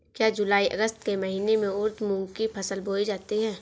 क्या जूलाई अगस्त के महीने में उर्द मूंग की फसल बोई जाती है?